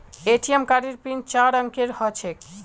ATM कार्डेर PIN चार अंकेर ह छेक